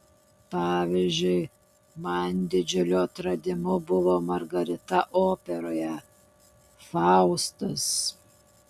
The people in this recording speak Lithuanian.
pavyzdžiui man didžiuliu atradimu buvo margarita operoje faustas